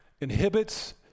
inhibits